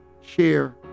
share